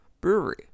brewery